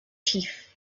chief